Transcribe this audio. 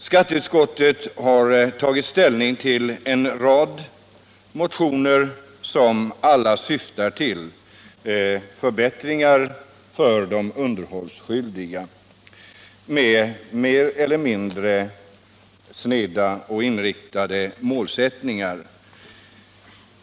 Skatteutskottet har tagit ställning till en rad motioner som alla syftar till förbättringar för de underhållsskyldiga —- med mer eller mindre sneda och specialinriktade målsättningar.